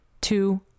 two